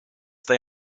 they